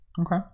Okay